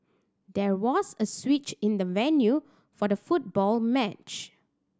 there was a switch in the venue for the football match